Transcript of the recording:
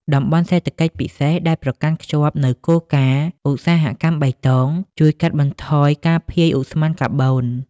តំបន់សេដ្ឋកិច្ចពិសេស ដែលប្រកាន់ខ្ជាប់នូវគោលការណ៍ "ឧស្សាហកម្មបៃតង" ជួយកាត់បន្ថយការភាយឧស្ម័នកាបូន។